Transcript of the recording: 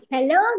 Hello